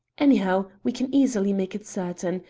anyhow, we can easily make certain.